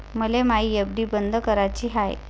मले मायी एफ.डी बंद कराची हाय